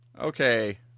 Okay